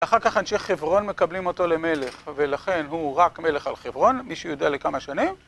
אחר כך אנשי חברון מקבלים אותו למלך, ולכן הוא רק מלך על חברון, מי שיודע לכמה שנים.